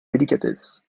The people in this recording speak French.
délicatesse